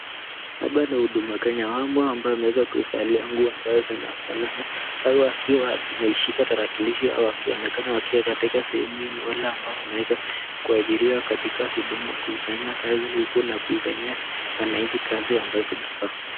Hapa ni huduma kenya hawa ambao wameweza kuvalia nguo ambayo zinafanana, nao wakiwa wameshika kitarakilishi, hao wakionekana wakiwa katika sehemu hiyo ni wale ambao wameweza kuajiriwa katika huduma kufanyia kazi huku na kufanyia wananchi kazi ambao zinafaa.